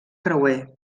creuer